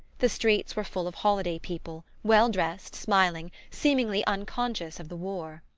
the streets were full of holiday people, well-dressed, smiling, seemingly unconscious of the war.